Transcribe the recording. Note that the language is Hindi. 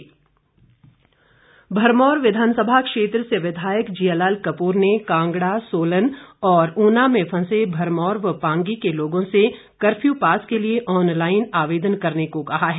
लॉकडाउन किसान भरमौर विधानसभा क्षेत्र से विधायक जियालाल कप्र ने कांगड़ा सोलन और ऊना में फंसे भरमौर व पांगी के लोगों से कर्फ्यू पास के लिए ऑनलाईन आवेदन करने को कहा है